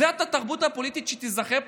זאת התרבות הפוליטית שתיזכר פה,